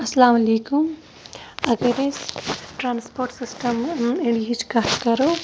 اسلام علیکُم اَگَر أسۍ ٹرانِسپوٹ سِسٹَم کَتھ کَرَو